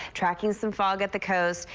tracking some fog at the coast.